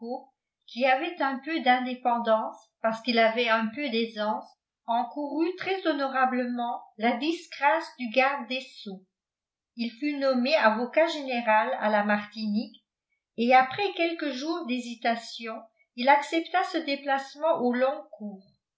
qui avait un peu d'indépendance parce qu'il avait un peu d'aisance encourut très honorablement la disgrâce du garde des sceaux il fut nommé avocat général à la martinique et après quelques jours d'hésitation il accepta ce déplacement au long cours